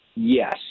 Yes